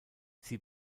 sie